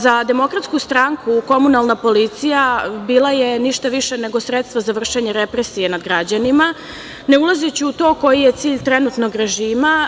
Za DS komunalna policija bila je ništa više nego sredstvo za vršenje represije nad građanima, ne ulazeći u to koji je cilj trenutnog režima.